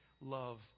love